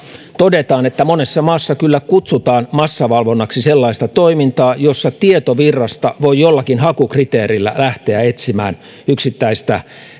todetaan että monessa maassa kyllä kutsutaan massavalvonnaksi sellaista toimintaa jossa tietovirrasta voi jollakin hakukriteerillä lähteä etsimään yksittäistä